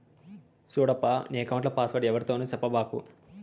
సూడప్పా, నీ ఎక్కౌంట్ల పాస్వర్డ్ ఎవ్వరితోనూ సెప్పబాకు